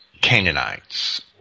Canaanites